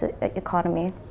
economy